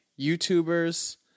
YouTubers